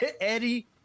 Eddie